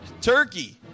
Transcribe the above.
turkey